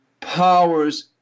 powers